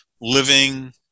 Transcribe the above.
living